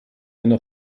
eine